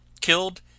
Killed